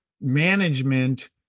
management